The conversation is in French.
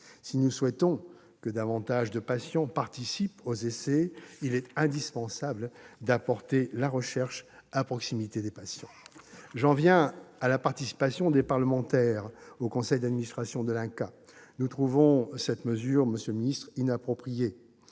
Si nous souhaitons que davantage de patients participent aux essais, il est indispensable d'apporter la recherche à proximité des patients. J'en viens à la participation des parlementaires au conseil d'administration de l'INCa. Nous trouvons cette mesure inappropriée.